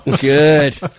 Good